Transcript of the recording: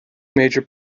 major